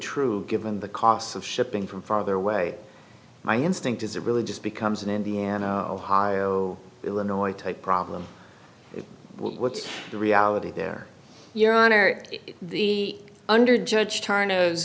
true given the costs of shipping from farther away my instinct is it really just becomes an indiana ohio illinois type problem what's the reality there your honor the under judge tarn